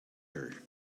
her